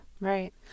right